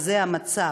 זה המצב.